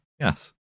yes